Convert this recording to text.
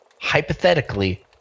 Hypothetically